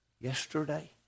yesterday